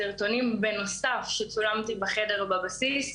בנוסף לזה סרטונים שצולמתי בחדר בבסיס,